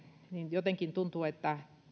jotenkin tuntuu että